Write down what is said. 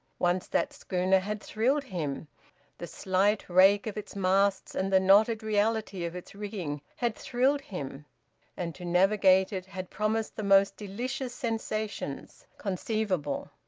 once that schooner had thrilled him the slight rake of its masts and the knotted reality of its rigging had thrilled him and to navigate it had promised the most delicious sensations conceivable.